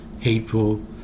hateful